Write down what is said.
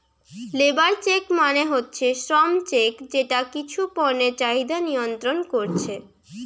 labour check মানে হচ্ছে শ্রম চেক যেটা কিছু পণ্যের চাহিদা নিয়ন্ত্রণ কোরছে